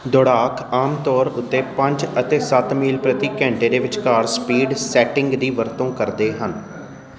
ਦੌੜਾਕ ਆਮ ਤੌਰ ਉੱਤੇ ਪੰਜ ਅਤੇ ਸੱਤ ਮੀਲ ਪ੍ਰਤੀ ਘੰਟੇ ਦੇ ਵਿਚਕਾਰ ਸਪੀਡ ਸੈਟਿੰਗ ਦੀ ਵਰਤੋਂ ਕਰਦੇ ਹਨ